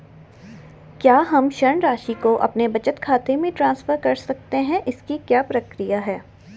क्या हम ऋण राशि को अपने बचत खाते में ट्रांसफर कर सकते हैं इसकी क्या प्रक्रिया है?